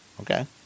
Okay